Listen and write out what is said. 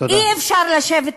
תודה.